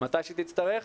מתי שהיא תצטרך.